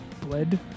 Bled